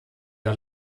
der